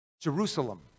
Jerusalem